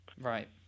Right